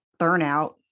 burnout